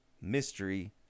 mystery